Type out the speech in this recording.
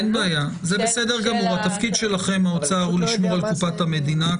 התפקיד שלכם האוצר הוא לשמור על קופת המדינה,